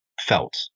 felt